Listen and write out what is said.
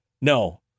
No